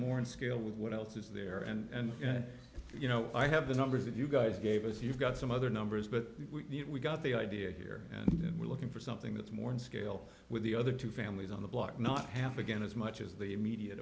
more in scale with what else is there and you know i have the numbers if you guys gave us you've got some other numbers but we got the idea here and we're looking for something that's more in scale with the other two families on the block not half again as much as the immediate